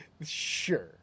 sure